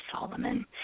Solomon